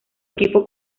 equipo